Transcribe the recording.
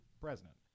president